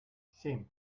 семь